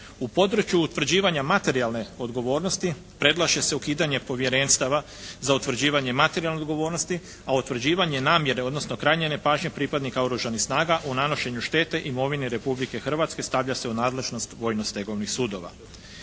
U području utvrđivanja materijalne odgovornosti predlaže se ukidanje povjerenstava za utvrđivanje materijalne odgovornosti. A utvrđivanje namjere odnosno krajnje nepažnje pripadnika Oružanih snaga u nanošenju štete imovini Republike Hrvatske stavlja se u nadležnost vojno stegovnih sudova.